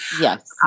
Yes